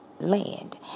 land